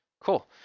Cool